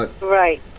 Right